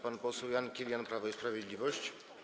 Pan poseł Jan Kilian, Prawo i Sprawiedliwość.